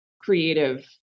creative